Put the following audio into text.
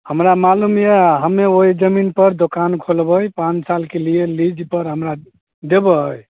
हमरा मालुम यऽ हमे ओहि जमीन पर दोकान खोलबै पाँच सालके लिए लीज पर हमरा देबै